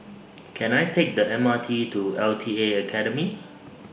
Can I Take The M R T to L T A Academy